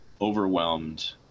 overwhelmed